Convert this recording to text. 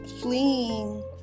Fleeing